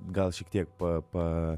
gal šiek tiek pa pa